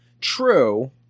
True